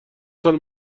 سال